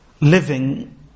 living